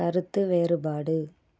கருத்து வேறுபாடு